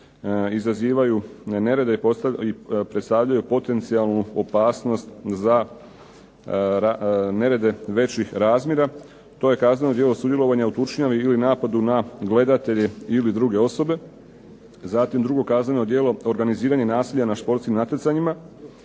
izazivaju nerede i predstavljaju potencijalnu opasnost za nerede većih razmjera. To je kazneno djelo sudjelovanja u tučnjavi ili napadu na gledatelje ili druge osobe, zatim drugo kazneno djelo, organiziranje nasilja na športskim natjecanjima,